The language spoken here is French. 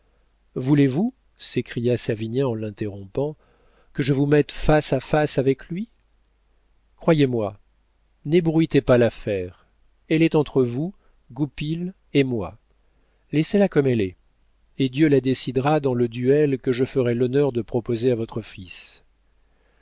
voulez-vous s'écria savinien en l'interrompant que je vous mette face à face avec lui croyez-moi n'ébruitez pas l'affaire elle est entre vous goupil et moi laissez-la comme elle est et dieu la décidera dans le duel que je ferai l'honneur de proposer à votre fils